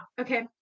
okay